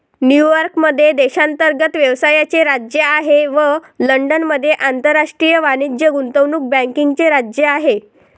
New York मध्ये देशांतर्गत व्यवसायाचे राज्य आहे व लंडनमध्ये आंतरराष्ट्रीय वाणिज्य गुंतवणूक बँकिंगचे राज्य आहे